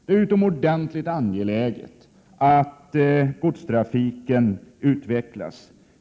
Det är utomordentligt angeläget att godstrafiken utvecklas.